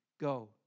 Go